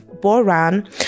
Boran